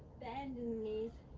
bendin' the knees.